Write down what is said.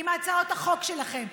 עם הצעות החוק שלכם,